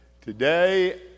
Today